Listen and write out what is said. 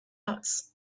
dots